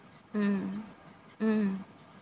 mm mm